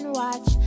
watch